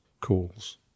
calls